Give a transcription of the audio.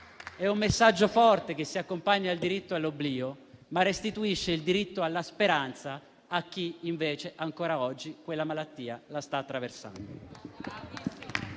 è un messaggio forte, che si accompagna al diritto all'oblio, ma che restituisce il diritto alla speranza a chi invece ancora oggi quella malattia la sta attraversando.